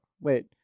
wait